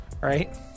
right